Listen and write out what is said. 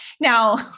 Now